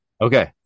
Okay